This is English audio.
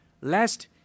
lest